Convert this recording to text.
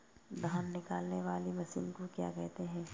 धान निकालने वाली मशीन को क्या कहते हैं?